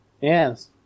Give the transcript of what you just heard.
Yes